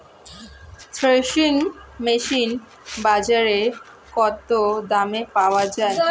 Threshing machine বাজারে কত দামে পাওয়া যায়?